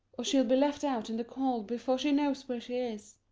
or she'll be left out in the cold before she knows where she is.